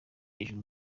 hejuru